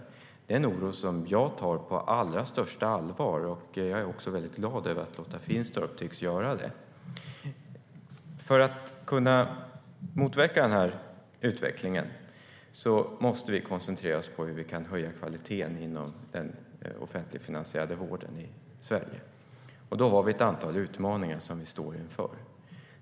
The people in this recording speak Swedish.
Det är en oro som jag tar på allra största allvar, och jag är också väldigt glad över att Lotta Finstorp tycks göra det. För att kunna motverka den här utvecklingen måste vi koncentrera oss på hur vi kan höja kvaliteten inom den offentligfinansierade vården i Sverige. Då har vi ett antal utmaningar som vi står inför.